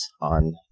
on